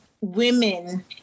women